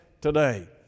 today